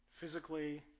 Physically